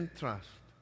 trust